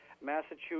Massachusetts